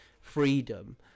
freedom